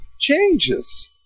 changes